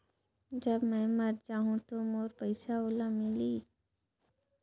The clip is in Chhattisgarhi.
जब मै मर जाहूं तो मोर पइसा ओला मिली?